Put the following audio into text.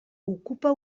ocupa